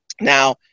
Now